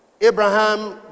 Abraham